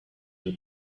with